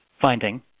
finding